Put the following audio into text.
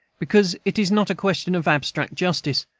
because it is not a question of abstract justice,